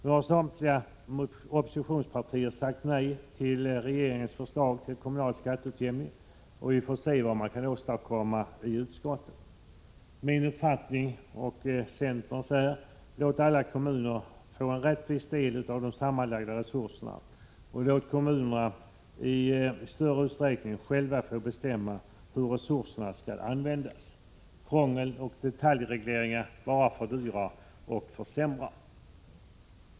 Nu har samtliga oppositionspartier sagt nej till regeringens förslag till kommunal skatteutjämning, och vi får se vad man kan åstadkomma i utskottet. Min uppfattning och centerns är: Låt alla kommuner få en rättvis del av de sammanlagda resurserna och låt kommunerna i större utsträckning själva bestämma hur resurserna skall användas. Krångel och detaljregleringar bara fördyrar och försämrar.